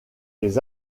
les